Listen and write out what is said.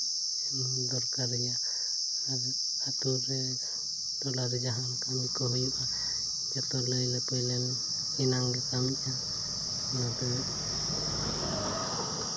ᱮᱢᱚᱜ ᱫᱚᱨᱠᱟᱨ ᱜᱮᱭᱟ ᱟᱨ ᱟᱛᱳ ᱨᱮ ᱴᱚᱞᱟᱨᱮ ᱡᱟᱦᱟᱸ ᱚᱱᱠᱟᱱ ᱠᱚ ᱦᱩᱭᱩᱜᱼᱟ ᱡᱚᱛᱚ ᱞᱟᱹᱭᱼᱞᱟᱯᱟᱹᱭ ᱞᱮᱱ ᱮᱱᱟᱝ ᱜᱮ ᱠᱟᱹᱢᱤᱜᱼᱟ ᱚᱱᱟᱛᱮ